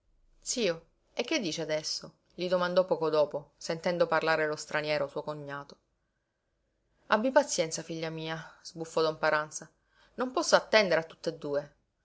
zio e che dice adesso gli domandò poco dopo sentendo parlare lo straniero suo cognato abbi pazienza figlia mia sbuffò don paranza non posso attendere a tutt'e due